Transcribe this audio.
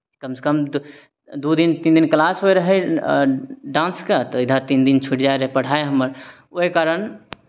कमसँ कम तऽ दू दिन तीन दिन किलास होइत रहय डान्सके तऽ इधर तीन दिन छूटि जाइ रहै पढ़ाइ हमर ओहि कारण